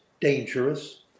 dangerous